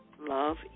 love